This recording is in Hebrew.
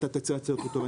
אתה תציע הצעה יותר טובה,